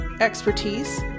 expertise